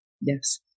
Yes